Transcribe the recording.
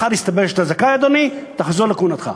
מחר יתברר שאתה זכאי, אדוני, תחזור לכהונתך.